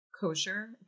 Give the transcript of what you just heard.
Kosher